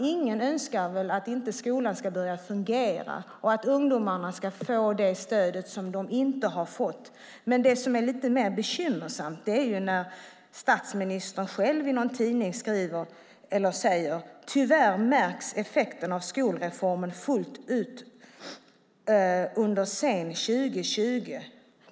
Ingen önskar väl att skolan inte ska börja fungera och att ungdomarna inte ska få det stöd som de inte har fått. Det som är lite mer bekymmersamt är när statsministern själv i en tidning säger: Tyvärr märks effekterna av en skolreform fullt ut först under sent 2020-tal.